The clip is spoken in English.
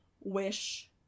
wish